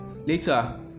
Later